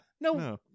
No